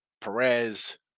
Perez